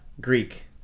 Greek